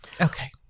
Okay